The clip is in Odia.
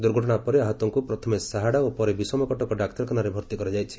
ଦୁର୍ଘଟଣା ପରେ ଆହତଙ୍କୁ ପ୍ରଥମେ ସାହାଡ଼ା ଓ ପରେ ବିଷମକଟକ ଡାକ୍ତରଖାନାରେ ଭର୍ତି କରାଯାଇଛି